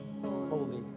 holy